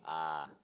ah